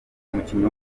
umukinnyi